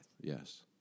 Yes